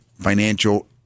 financial